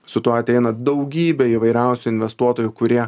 su tuo ateina daugybė įvairiausių investuotojų kurie